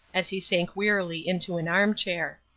as he sank wearily into an armchair.